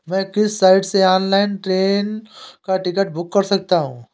मैं किस साइट से ऑनलाइन ट्रेन का टिकट बुक कर सकता हूँ?